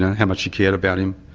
how much she cared about him.